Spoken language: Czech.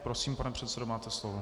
Prosím, pane předsedo, máte slovo.